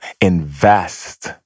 invest